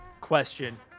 question